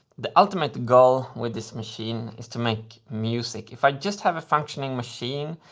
the ultimate goal with this machine is to make music. if i just have a functioning machine,